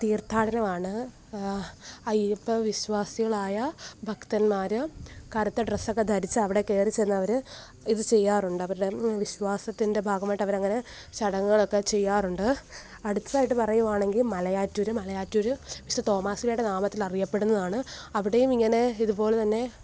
തീർഥാടനമാണ് അയ്യപ്പവിശ്വാസികളായ ഭക്തന്മാർ കറുത്ത ഡ്രസ്സ് ഒക്കെ ധരിച്ച് അവിടെ കയറിച്ചെന്ന് അവർ ഇത് ചെയ്യാറുണ്ട് അവരുടെ വിശ്വാസത്തിൻ്റെ ഭാഗമായിട്ട് അവർ അങ്ങനെ ചടങ്ങുകളൊക്കെ ചെയ്യാറുണ്ട് അടുത്തതായിട്ട് പറയുകയാണെങ്കിൽ മലയാറ്റൂർ മലയാറ്റൂർ വിശുദ്ധ തോമാശ്ലീഹായുടെ നാമത്തിൽ അറിയപ്പെടുന്നതാണ് അവിടെയും ഇങ്ങനെ ഇതുപോലെത്തന്നെ